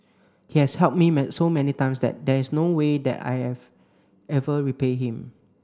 he has helped me so many times that there is no way that I have ever repay him